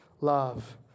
love